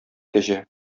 кәҗә